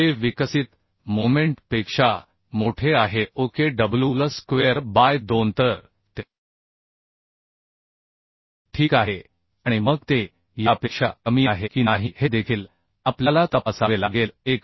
जे विकसित मोमेंट पेक्षा मोठे आहे ओके wL स्क्वेअर बाय 2 तर ते ठीक आहे आणि मग ते यापेक्षा कमी आहे की नाही हे देखील आपल्याला तपासावे लागेल1